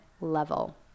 level